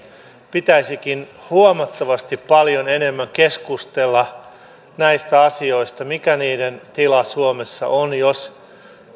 pitäisikin huomattavasti paljon enemmän keskustella näistä asioista siitä mikä niiden tila suomessa on jos